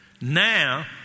now